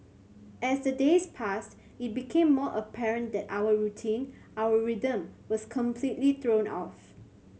as the days passed it became more apparent that our routine our rhythm was completely thrown off